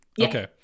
Okay